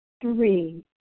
Three